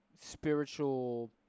Spiritual